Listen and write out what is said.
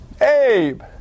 Abe